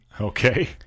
Okay